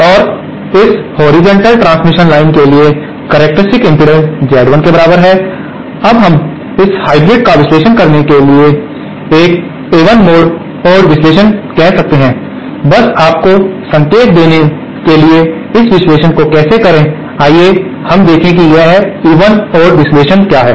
और इस horizontal transmission line के लिए करक्टेरिस्टिक्स इम्पीडेन्स Z1 के बराबर है अब हम इस हाइब्रिड का विश्लेषण करने के लिए एक इवन ओड विश्लेषण कह सकते हैं बस आपको संकेत देने के लिए इस विश्लेषण को कैसे करें आइए हम देखें कि यह इवन ओड़ विश्लेषण है